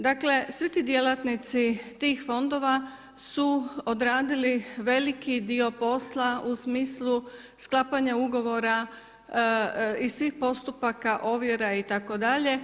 Dakle, svi ti djelatnici tih fondova su odradili veliki dio posla u smislu sklapanja ugovora i svih postupaka ovjera itd.